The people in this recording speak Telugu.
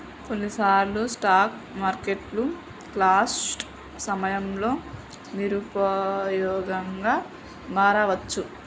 కొన్నిసార్లు స్టాక్ మార్కెట్లు క్రాష్ సమయంలో నిరుపయోగంగా మారవచ్చు